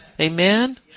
Amen